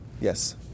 Yes